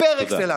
פר אקסלנס.